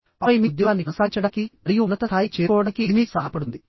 ఆపై మీ ఉద్యోగాన్ని కొనసాగించడానికి మరియు ఉన్నత స్థాయికి చేరుకోవడానికి ఇది మీకు సహాయపడుతుంది